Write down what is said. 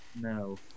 No